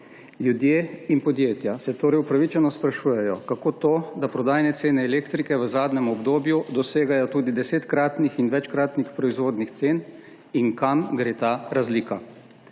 Ljudje in podjetja se torej upravičeno sprašujejo, kako to, da prodajne cene elektrike v zadnjem obdobju dosegajo tudi desetkratnik in večkratnik proizvodnih cen in kam gre ta razlika.